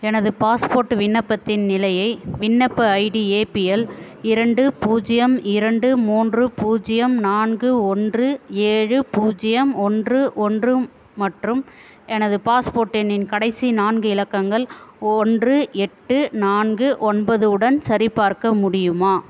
எனது பாஸ்போர்ட் விண்ணப்பத்தின் நிலையை விண்ணப்ப ஐடி ஏபிஎல் இரண்டு பூஜ்யம் இரண்டு மூன்று பூஜ்யம் நான்கு ஒன்று ஏழு பூஜ்யம் ஒன்று ஒன்று மற்றும் எனது பாஸ்போர்ட் எண்ணின் கடைசி நான்கு இலக்கங்கள் ஒன்று எட்டு நான்கு ஒன்பது உடன் சரிபார்க்க முடியுமா